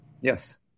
Yes